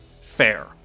fair